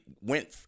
went